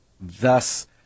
Thus